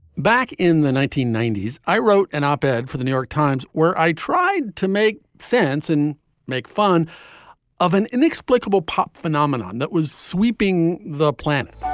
back in the nineteen ninety s, i wrote an op ed for the new york times where i tried to make sense and make fun of an inexplicable pop phenomenon that was sweeping the planet